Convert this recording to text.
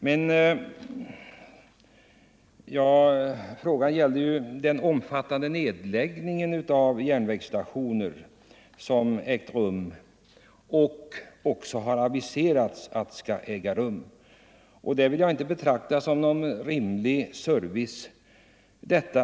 Men frågan gällde den omfattande nedläggning av järnvägsstationer som har ägt rum och som även har aviserats kommer att äga rum.